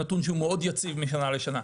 נתון שהוא יציב משנה לשנה,